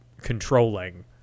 controlling